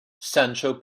sancho